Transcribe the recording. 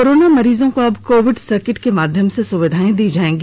corona मरीजों को अब कोविड सर्किट के माध्यम से सुविधाएं दी जायेंगी